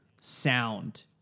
sound